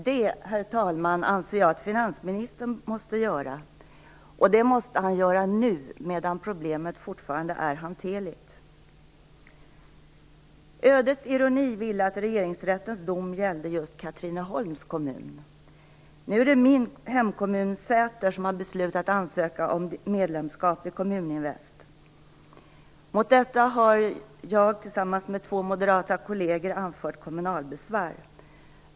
Det, herr talman, anser jag att finansministern måste göra, och det måste han göra nu, medan problemet fortfarande är hanterligt. Ödets ironi ville att Regeringsrättens dom gällde just Katrineholms kommun. Nu är det min hemkommun Säter som har beslutat att ansöka om medlemskap i Kommuninvest. Mot detta har jag tillsammans med två moderata kolleger anfört kommunalbesvär.